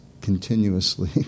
continuously